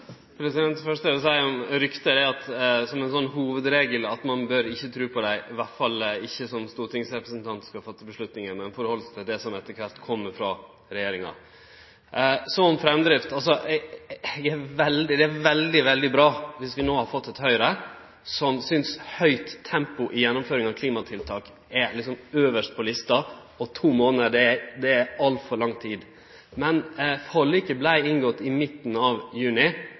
eg vil seie om rykte, er at som ein hovudregel bør ein ikkje tru på dei, iallfall ikkje stortingsrepresentantar som skal fatte vedtak, men halde seg til det som etter kvart kjem frå regjeringa. Så om framdrift: Det er veldig, veldig bra dersom vi no har fått eit Høgre som synest at høgt tempo i gjennomføringa av klimatiltak er øvst på lista, og at to månader er altfor lang tid. Men forliket vart inngått i midten av juni.